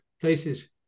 places